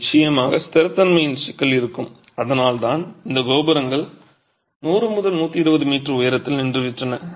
நிச்சயமாக ஸ்திரத்தன்மையின் சிக்கல் இருக்கும் அதனால்தான் இந்த கோபுரங்கள் 100 120 மீட்டர் உயரத்தில் நின்றுவிட்டன